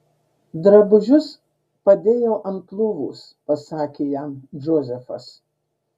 drabužius padėjau ant lovos pasakė jam džozefas